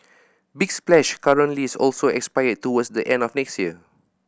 big Splash current lease also expires towards the end of next year